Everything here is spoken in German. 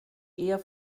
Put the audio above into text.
eher